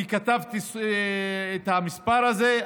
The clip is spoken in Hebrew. כי כתבתי את המספר הזה,